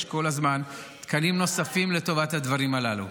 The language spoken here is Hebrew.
כל הזמן תקנים נוספים לטובת הדברים הללו.